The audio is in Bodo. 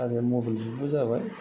आजिखालि मबाइल जुगबो जाबाय